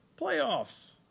playoffs